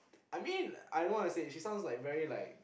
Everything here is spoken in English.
I mean I don't wana say she sounds like very like